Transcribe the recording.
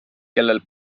kellel